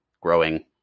growing